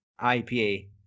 IPA